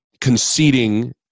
conceding